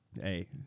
Hey